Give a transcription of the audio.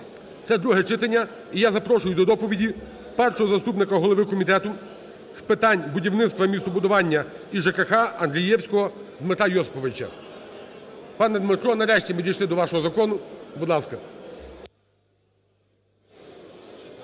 Це друге читання. І я запрошую до доповіді першого заступника голови Комітету з питань будівництва, містобудування і ЖКГ Андрієвського Дмитра Йосиповича. Пане Дмитро, нарешті ми дійшли до вашого закону, будь ласка.